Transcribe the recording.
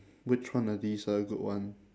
which one of these are a good one